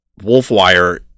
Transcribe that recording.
Wolfwire